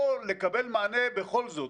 או לקבל מענה בכל זאת,